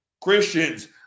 Christians